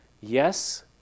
yes